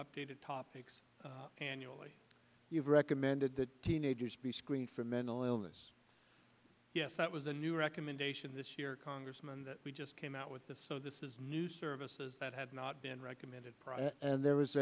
updated topics annually we've recommended that teenagers be screened for mental illness yes that was the new recommendation this year congressman that we just came out with this so this is new services that had not been recommended prior and there was